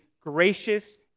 gracious